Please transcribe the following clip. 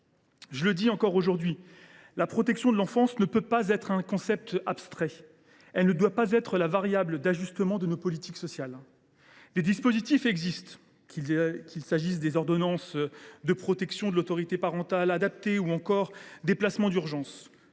Je le dis et je le répète, la protection de l’enfance ne saurait être un concept abstrait. Elle ne doit pas être la variable d’ajustement de nos politiques sociales. Des dispositifs existent, qu’il s’agisse des ordonnances de protection, de l’autorité parentale adaptée ou encore des placements d’urgence.